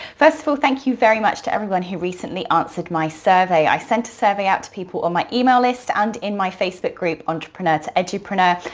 first of all, thank you very much to everyone who recently answered my survey. i sent a survey out to people on my email list and in my facebook group, entrepreneurs edupreneur,